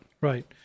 Right